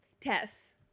Tess